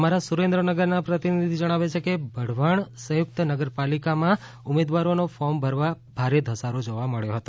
અમારા સુરેન્દ્રનગરના પ્રતિનિધિ જણાવે છે કે વઢવાણ સંયુક્ત નગરપાલિકામાં ઉમેદવારોનો ફોર્મ ભરવા ભારે ધસારો જોવા મળ્યો હતો